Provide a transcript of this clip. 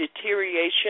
deterioration